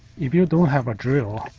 if you don't have a drill,